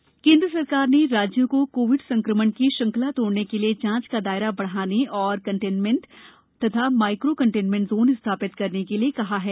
Covid निर्देश केंद्र सरकार ने राज्यों को कोविड संक्रमण की श्रंखला तोडने के लिए जांच का दायरा बढाने और कंटेनमेंट जोन तथा माइक्रो कंटेनमेंट जोन स्थापित करने के लिए कहा है